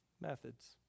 methods